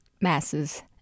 masses